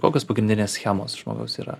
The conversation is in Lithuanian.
kokios pagrindinės schemos žmogaus yra